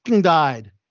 died